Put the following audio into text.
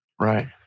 Right